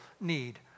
need